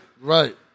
Right